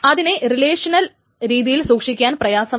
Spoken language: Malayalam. ഇതിനെ റിലേഷണൽ രീതിയിൽ സൂക്ഷിക്കാൻ പ്രയാസമാണ്